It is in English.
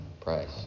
price